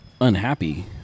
unhappy